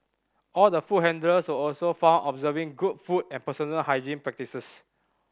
all the food handlers also found observing good food and personal hygiene practices